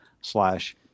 slash